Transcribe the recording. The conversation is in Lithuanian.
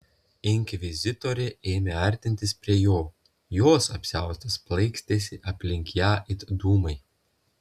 inkvizitorė ėmė artintis prie jo jos apsiaustas plaikstėsi aplink ją it dūmai